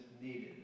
needed